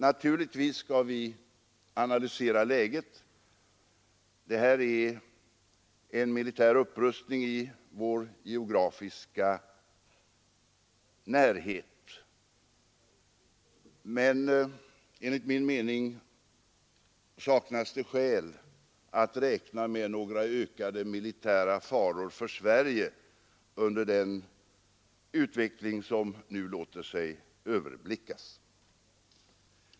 Naturligtvis skall vi analysera läget, eftersom det är fråga om en militär upprustning i vår geografiska närhet. Men enligt min mening saknas det skäl att räkna med några ökade faror för Sverige under den utveckling som nu låter sig överblickas.